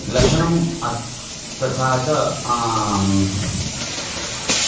लशुनम् अत् तथा च